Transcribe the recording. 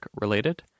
related